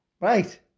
right